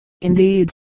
Indeed